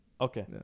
Okay